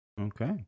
Okay